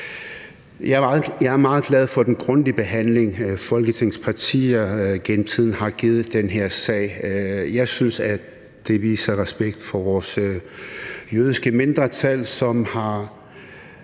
Jeg er meget glad for den grundige behandling, Folketingets partier igennem tiden har givet den her sag. Jeg synes, at det viser respekt for vores jødiske mindretal, som har